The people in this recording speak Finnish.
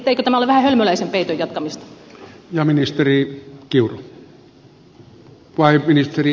eikö tämä ole vähän hölmöläisen peiton jatkamista